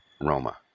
Roma